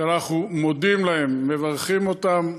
שאנחנו מודים להם, מברכים אותם,